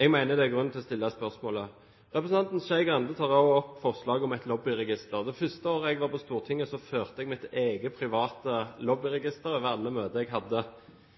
Jeg mener det er grunn til å stille spørsmålet. Representanten Skei Grande tar også opp forslag om et lobbyregister. Det første året jeg var på Stortinget, førte jeg mitt eget private lobbyregister over alle møter jeg hadde.